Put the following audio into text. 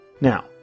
Now